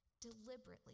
deliberately